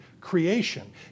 creation